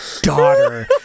daughter